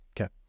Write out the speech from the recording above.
Okay